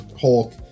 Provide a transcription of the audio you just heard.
Hulk